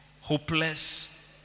hopeless